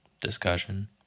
discussion